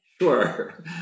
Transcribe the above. sure